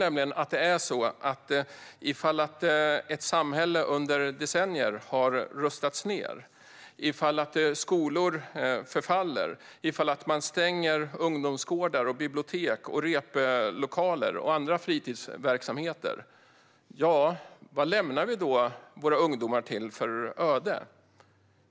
Om ett samhälle under decennier har rustats ned, om skolor förfaller, om man stänger ungdomsgårdar, bibliotek, replokaler och andra fritidsverksamheter, vad lämnar det då våra ungdomar till för öde?